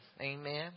amen